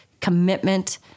commitment